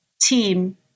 team